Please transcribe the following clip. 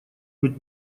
быть